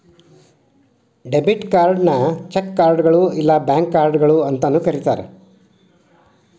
debit ಕಾರ್ಡ್ನ cheque ಕಾರ್ಡ್ಗಳು ಇಲ್ಲಾ ಬ್ಯಾಂಕ್ ಕಾರ್ಡ್ಗಳ ಅಂತಾನೂ ಕರಿತಾರ